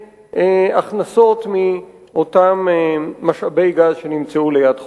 בהכנסות מאותם משאבי גז שנמצאו ליד חופינו.